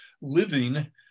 living